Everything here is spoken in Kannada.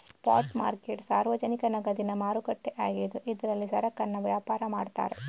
ಸ್ಪಾಟ್ ಮಾರ್ಕೆಟ್ ಸಾರ್ವಜನಿಕ ನಗದಿನ ಮಾರುಕಟ್ಟೆ ಆಗಿದ್ದು ಇದ್ರಲ್ಲಿ ಸರಕನ್ನ ವ್ಯಾಪಾರ ಮಾಡ್ತಾರೆ